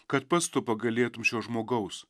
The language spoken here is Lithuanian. kad pats tu pagailėtum šio žmogaus